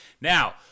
Now